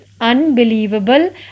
unbelievable